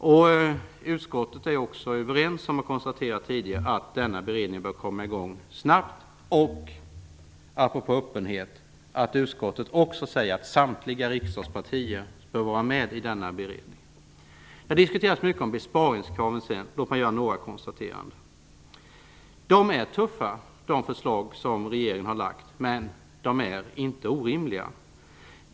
Som vi konstaterat tidigare är vi inom utskottet överens om att denna beredning måste komma i gång snabbt och - apropå öppenhet - att samtliga riksdagspartier bör vara med i denna beredning. Det har diskuterats mycket om besparingskraven. Låt mig göra några konstateranden. De förslag som kommer från regeringen är tuffa, men inte orimliga.